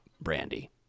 Brandy